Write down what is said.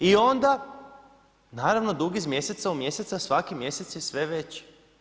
I onda naravno dug iz mjeseca u mjeseca, svaki mjesec je sve veći.